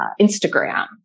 Instagram